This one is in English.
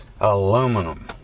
Aluminum